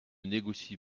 négocie